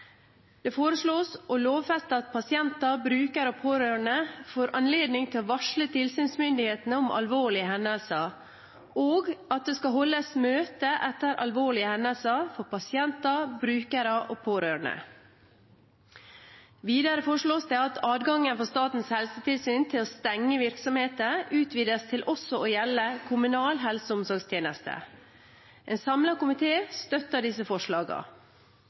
Det foreslås å lovfeste at pasienter, brukere og pårørende får anledning til å varsle tilsynsmyndighetene om alvorlige hendelser, og at det skal holdes møte etter alvorlige hendelser for pasienter, brukere og pårørende. Videre foreslås det at adgangen for Statens helsetilsyn til å stenge virksomheter utvides til også å gjelde kommunale helse- og omsorgstjenester. En samlet komité støtter disse